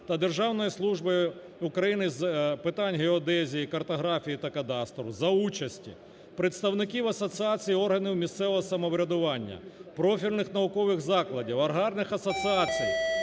та Державною службою України з питань геодезії, картографії та кадастру, за участі представників Асоціації органів місцевого самоврядування, профільних наукових закладів, аграрних асоціацій